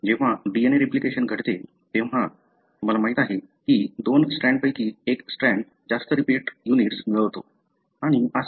जेव्हा DNA replication घडते तेव्हा तुम्हाला माहिती आहे की दोन स्ट्रँड पैकी एक स्ट्रँड जास्त रिपीट युनिट्स मिळवतो आणि असेच